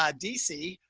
um dc,